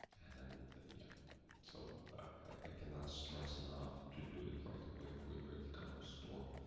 and yeah so i cannot stress enough to do it, right away for your e-commerce store,